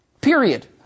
Period